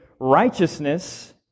righteousness